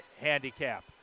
handicap